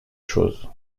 chose